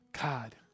God